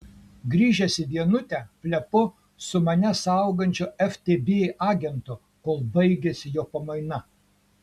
grįžęs į vienutę plepu su mane saugančiu ftb agentu kol baigiasi jo pamaina